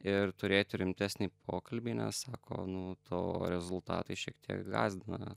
ir turėti rimtesnį pokalbį nes sako nu tavo rezultatai šiek tiek gąsdina